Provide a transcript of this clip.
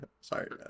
Sorry